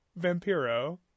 Vampiro